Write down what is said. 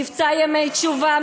מבצע "ימי תשובה",